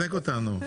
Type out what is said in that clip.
נעבור כעת להצבעה.